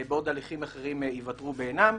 בעוד הליכים אחרים יוותרו בעינם,